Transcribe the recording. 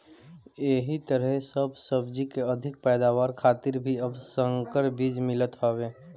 एही तरहे सब सब्जी के अधिका पैदावार खातिर भी अब संकर बीज मिलत हवे